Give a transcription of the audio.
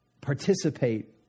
Participate